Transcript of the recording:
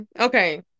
Okay